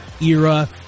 era